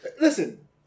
Listen